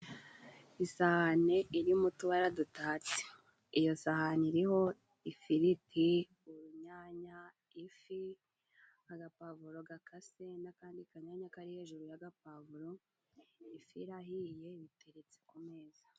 Isahane iri mu tubara dutatse, iyo sahane iriho ifiriti, urunyanya, ifi, agapuwavuro gakase n'akandi kanyanya kari hejuru y'agapuwavuro, ifi irahiye biteretse ku meza.